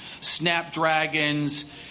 snapdragons